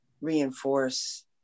reinforce